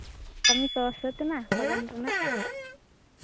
ᱠᱟᱹᱢᱤ ᱠᱚ ᱥᱟᱹᱛ ᱮᱱᱟ ᱵᱟᱜᱟᱱ ᱨᱮᱱᱟᱜ